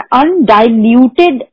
undiluted